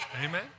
Amen